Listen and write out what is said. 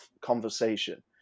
conversation